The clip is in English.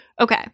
Okay